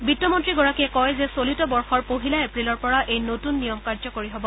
বিত্তমন্ত্ৰীগৰাকীয়ে কয় যে চলিত বৰ্ষৰ পহিলা এপ্ৰিলৰ পৰা এই নতুন নিয়ম কাৰ্যকৰী হ'ব